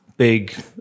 big